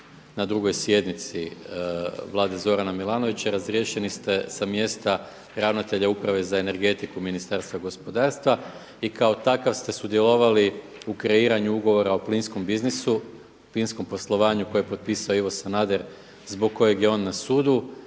na drugoj sjednici Vlade Zorana Milanovića, razriješeni ste sa mjesta ravnatelja uprave za energetiku Ministarstva gospodarstva i kao takav ste sudjelovali u kreiranju ugovora o plinskom biznisu, plinskom poslovanju koje je potpisao Ivo Sanader zbog kojeg je on na sudu